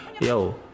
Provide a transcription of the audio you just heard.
yo